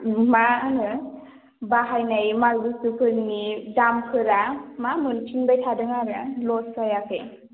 मा होनो बाहायनाय माल बुस्थुफोरनि दामफोरा मा मोनफिनबाय थादों आरो ल'स्ट जायाखै